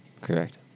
Correct